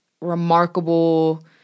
remarkable